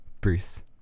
Bruce